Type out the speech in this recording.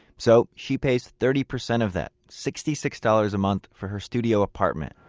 so, she pays thirty percent of that, sixty six dollars a month, for her studio apartment.